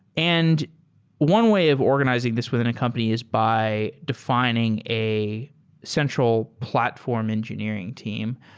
and one way of organizing this within a company is by defining a central platform engineering team.